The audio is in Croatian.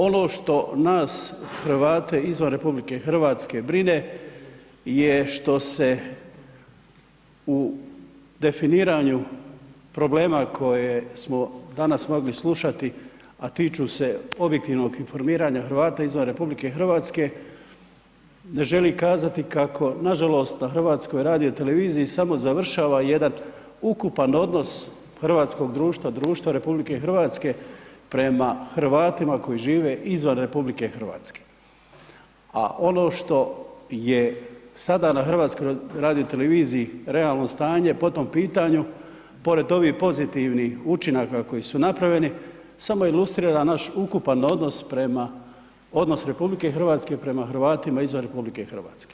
Ono što nas Hrvate izvan RH brine je što se definiranju problema koje smo danas mogli slušati, a tiču se objektivnog informiranja Hrvata izvan RH ne želim kazati kako nažalost na HRT-u samo završava jedan ukupan odnos hrvatskog društva, društva RH prema Hrvatima koji žive izvan RH, a ono što je sada na HRT-u realno stanje po tom pitanju pored ovih pozitivnih učinaka koji su napravljeni samo ilustrira naš ukupan odnos prema odnos RH prema Hrvatima izvan RH.